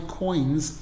coins